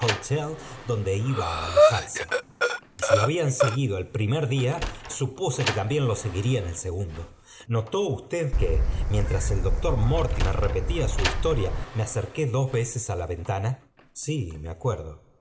donde iba á alojarse y h si lo hablan seguido el primer día supuse que vj también lo seguirían el segundo notó usted rw í t que mientras el doctor mortimor repetía su his tona me acerqué dos veces á la ventana g sí me acuerdo